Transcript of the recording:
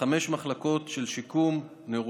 בחמש מחלקות של שיקום נוירולוגי,